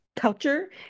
culture